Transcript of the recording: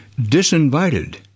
disinvited